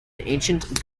ancient